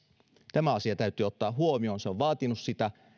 tämä asia täytyy ottaa huomioon se on vaatinut sitä